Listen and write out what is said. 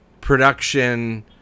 production